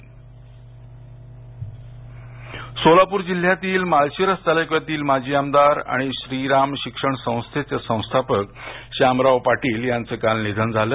निधन सोलापूर जिल्ह्यातील माळशिरस तालुक्याचे माजी आमदार आणि श्रीराम शिक्षण संस्थेचे संस्थापक शामराव पाटील यांचे काल निधन झालं